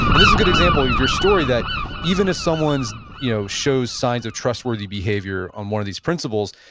and this is a good example in your story that even if someone you know shows signs of trustworthy behavior on one of these principles,